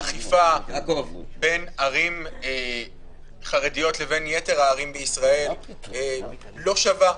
האכיפה בין ערים חרדיות לבין יתר הערים בישראל לא שווה.